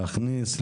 להכניס,